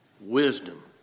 Wisdom